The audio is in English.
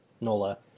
Nola